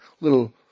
little